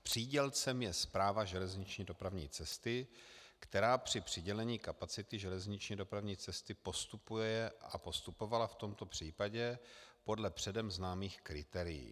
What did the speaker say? Přídělcem je Správa železniční dopravní cesty, která při přidělení kapacity železniční dopravní cesty postupuje a postupovala v tomto případě podle předem známých kritérií.